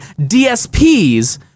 dsps